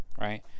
right